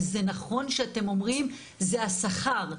וזה נכון שאתם אומרים זה השכר.